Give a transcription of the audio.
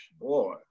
boy